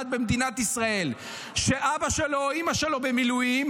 במדינת ישראל שאבא שלו או אימא שלו במילואים,